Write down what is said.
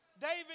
David